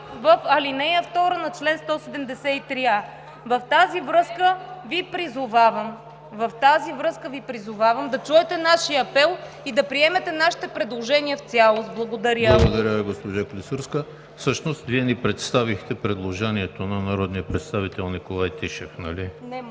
в ал. 2 на чл. 173а? В тази връзка Ви призовавам да чуете нашия апел и да приемете нашите предложения в цялост. Благодаря. ПРЕДСЕДАТЕЛ ЕМИЛ ХРИСТОВ: Благодаря Ви, госпожо Клисурска. Всъщност Вие ни представихте предложението на народния представител Николай Тишев, нали?